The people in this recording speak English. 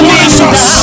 Jesus